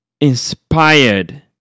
Inspired